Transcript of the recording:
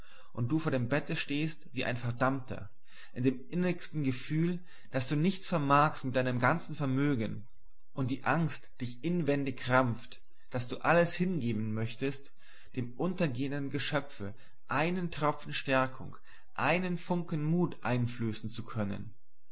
und du vor dem bette stehst wie ein verdammter in dem innigsten gefühl daß du nichts vermagst mit deinem ganzen vermögen und die angst dich inwendig krampft daß du alles hingeben möchtest dem untergehenden geschöpfe einen tropfen stärkung einen funken mut einflößen zu können